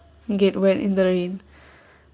gateway in the rain